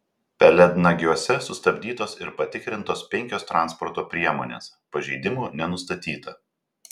pelėdnagiuose sustabdytos ir patikrintos penkios transporto priemonės pažeidimų nenustatyta